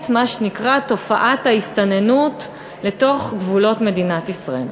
מה שנקרא תופעת ההסתננות לתוך גבולות מדינת ישראל.